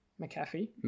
McAfee